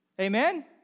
Amen